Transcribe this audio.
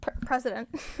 president